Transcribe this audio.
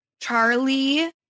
Charlie